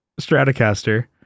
Stratocaster